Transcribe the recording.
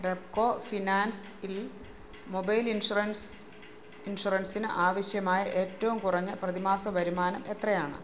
റെപ്കോ ഫിനാൻസിൽ mobile insurance ഇൻഷുറൻസിന് ആവശ്യമായ ഏറ്റവും കുറഞ്ഞ പ്രതിമാസ വരുമാനം എത്രയാണ്